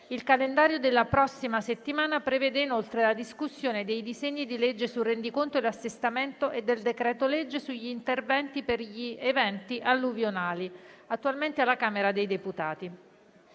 Il calendario della prossima settimana prevede inoltre la discussione dei disegni di legge sul rendiconto e assestamento e del decreto-legge sugli interventi per gli eventi alluvionali, attualmente alla Camera dei deputati.